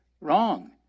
Wrong